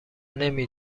نمی